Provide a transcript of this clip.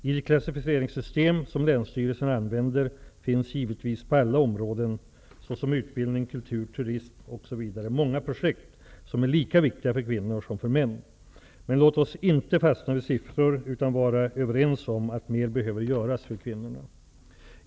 I det klassificeringssystem som länsstyrelserna använder finns givetvis på alla områden, såsom utbildning, kultur, turism osv., många projekt som är lika viktiga för kvinnor som för män. Men låt oss inte fastna vid siffror utan vara överens om att mer behöver göras för kvinnorna.